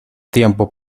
tiempo